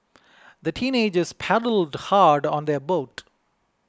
the teenagers paddled hard on their boat